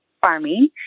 farming